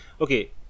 Okay